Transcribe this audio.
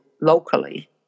locally